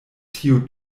tiu